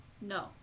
No